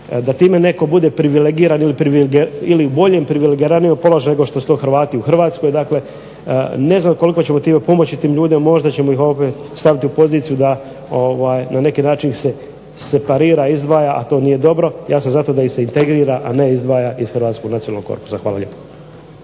da time netko bude privilegiran ili u boljem ili privilegiranijem položaju nego što su to Hrvati u Hrvatskoj. Dakle, ne znam koliko ćemo time pomoći tim ljudima, možda ćemo ih opet staviti u poziciju da na neki način se separira, izdvaja a to nije dobro. Ja sam zato da ih se integrira a ne izdvaja iz hrvatskog nacionalnog korpusa. Hvala lijepo.